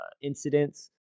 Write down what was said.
incidents